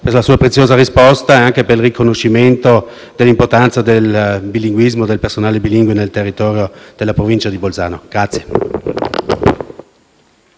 per la sua preziosa risposta e anche per il riconoscimento dell'importanza del bilinguismo e del personale bilingue nel territorio della Provincia di Bolzano.